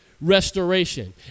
restoration